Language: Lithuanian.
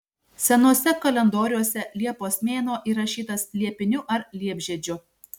senuose kalendoriuose liepos mėnuo įrašytas liepiniu ar liepžiedžiu